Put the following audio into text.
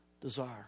desire